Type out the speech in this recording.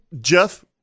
Jeff